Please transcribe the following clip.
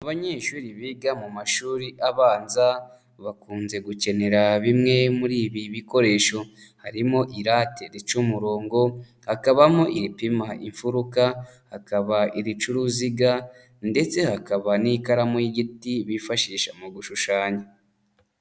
Abanyeshuri biga mu mashuri abanza, bakunze gukenera bimwe muri ibi bikoresho. Harimo: irate rica umurongo, hakabamo iripima imfuruka, hakaba irica uruziga ndetse hakaba n'ikaramu y'igiti bifashisha mu gushushanya.